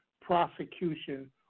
prosecution